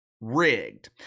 rigged